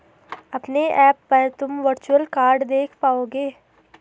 अपने ऐप पर तुम वर्चुअल कार्ड देख पाओगे